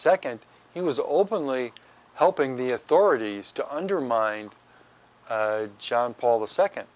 second he was openly helping the authorities to undermine john paul the second